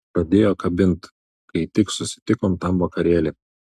pradėjo kabint kai tik susitikom tam vakarėly